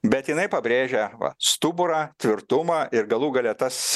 bet jinai pabrėžia va stuburą tvirtumą ir galų gale tas